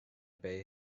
bay